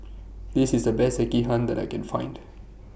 This IS The Best Sekihan that I Can Find